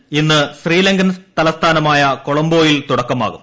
F ഇന്ന് ശ്രീലങ്കൻ തലസ്ഥാനമായ കൊളംബോ യിൽ തുടക്കമാകും